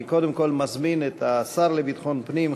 אני קודם כול מזמין את השר לביטחון הפנים,